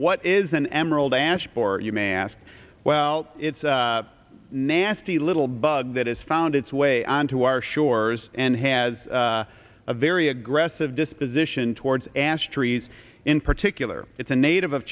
what is an emerald ash bore you may ask well it's a nasty little bug that has found its way onto our shores and has a very aggressive disposition towards ash trees in particular it's a native of